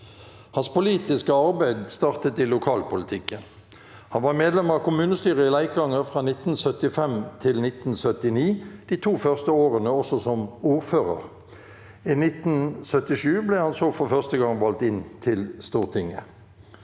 Hans politiske arbeid startet i lokalpolitikken. Han var medlem av kommunestyret i Leikanger fra 1975 til 1979, de to første årene også som ordfører. I 1977 ble han så for første gang valgt inn til Stortinget.